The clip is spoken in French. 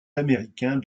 américains